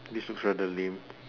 this looks rather lame